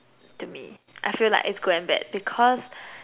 to me I feel like it's good and bad because